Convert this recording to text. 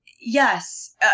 yes